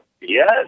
Yes